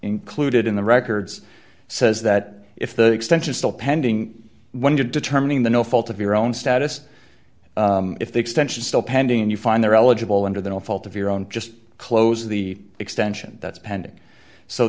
included in the records says that if the extension still pending when determining the no fault of your own status if the extension still pending and you find they're eligible under the no fault of your own just close the extension that's